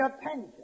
attention